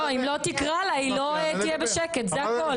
לא, אם לא תקרא לה היא לא תהיה בשקט, זה הכול.